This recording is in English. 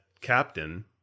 captain